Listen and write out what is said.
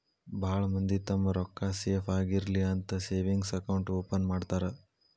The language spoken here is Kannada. ಭಾಳ್ ಮಂದಿ ತಮ್ಮ್ ರೊಕ್ಕಾ ಸೇಫ್ ಆಗಿರ್ಲಿ ಅಂತ ಸೇವಿಂಗ್ಸ್ ಅಕೌಂಟ್ ಓಪನ್ ಮಾಡ್ತಾರಾ